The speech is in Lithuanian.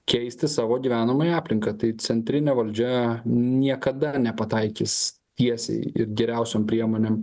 keisti savo gyvenamąją aplinką tai centrinė valdžia niekada nepataikys tiesiai ir geriausiom priemonėm